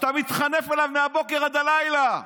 שאתה מתחנף אליו מהבוקר עד הלילה.